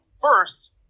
first